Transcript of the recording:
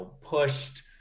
pushed